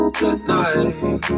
tonight